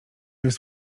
jest